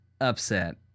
upset